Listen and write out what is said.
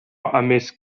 ymysg